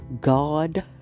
God